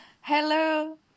Hello